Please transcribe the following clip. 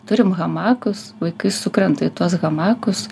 turime hamakus vaikai sukrenta į tuos hamakus